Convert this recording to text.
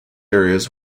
areas